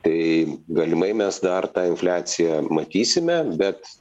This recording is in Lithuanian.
tai galimai mes dar tą infliaciją matysime bet